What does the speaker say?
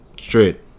Straight